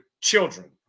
children